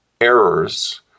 errors